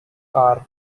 carp